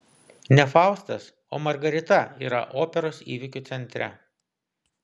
ne faustas o margarita yra operos įvykių centre